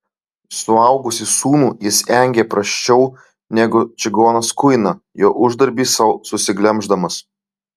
suaugusį sūnų jis engė prasčiau negu čigonas kuiną jo uždarbį sau susiglemždamas